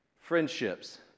friendships